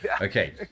Okay